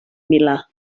milà